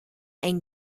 ein